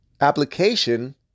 application